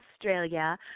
Australia